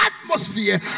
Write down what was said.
atmosphere